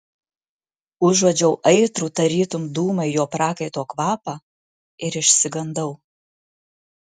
užuodžiau aitrų tarytum dūmai jo prakaito kvapą ir išsigandau